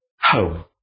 home